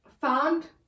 found